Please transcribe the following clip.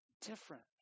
Different